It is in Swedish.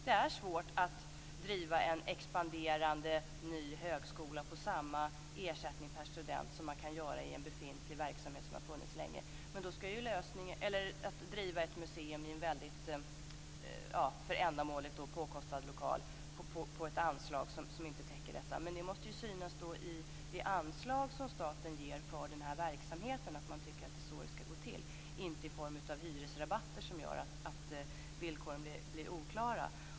Det är svårt att driva en expanderande ny högskola för samma ersättning per student som en befintlig verksamhet som har funnits länge eller driva ett museum i en för ändamålet väldigt påkostad lokal för ett anslag som inte täcker detta. Men det måste synas i det anslag som staten ger för den här verksamheten att man tycker att det är så det skall gå till, inte i form av hyresrabatter som gör att villkoren blir oklara.